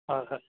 ꯍꯣꯏ ꯍꯣꯏ